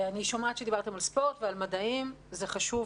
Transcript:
אני שומעת שדיברתם על ספורט ועל מדעים זה חשוב.